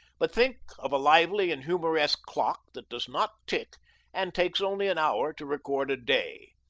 but think of a lively and humoresque clock that does not tick and takes only an hour to record a day.